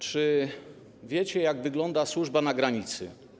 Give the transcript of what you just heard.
Czy wiecie, jak wygląda służba na granicy?